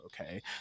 okay